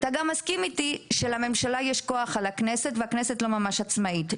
אתה גם מסכים אתי שלממשלה יש כוח על הכנסת והכנסת לא ממש עצמאית,